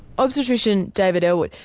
obstetrician david ellwood.